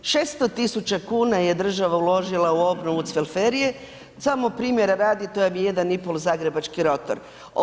Šesto tisuća kuna je država uložila u obnovu Cvelferije, samo primjera radi to vam je jedan i pol zagrebački rotor.